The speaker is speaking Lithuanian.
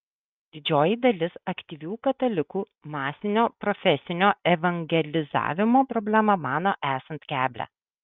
didžioji dalis aktyvių katalikų masinio profesinio evangelizavimo problemą mano esant keblią